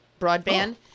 broadband